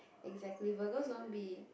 exactly Virgos don't be